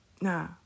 nah